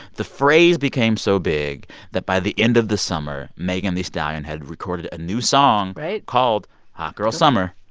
the phrase became so big that by the end of the summer, megan thee stallion had recorded a new song. right. called hot girl summer.